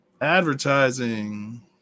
Advertising